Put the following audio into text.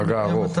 שהוא יהיה מתי?